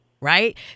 Right